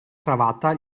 cravatta